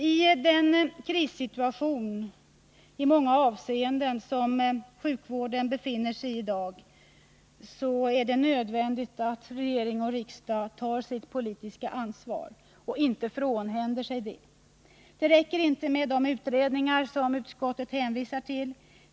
I den krissituation, i många avseenden, som sjukvården befinner sig i i dag är det nödvändigt att regering och riksdag tar sitt politiska ansvar och inte frånhänder sig det. Det räcker inte med de utredningar som utskottet hänvisar till.